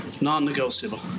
Non-negotiable